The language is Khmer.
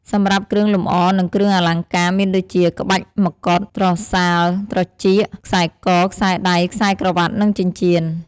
សម្រាប់គ្រឿងលម្អ និងគ្រឿងអលង្ការមានដូចជា ក្បាច់មកុដ ត្រសាល់ត្រចៀក ខ្សែក ខ្សែដៃ ខ្សែក្រវាត់ និងចិញ្ចៀន ។